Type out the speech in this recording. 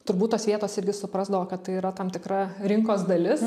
turbūt tos vietos irgi suprasdavo kad tai yra tam tikra rinkos dalis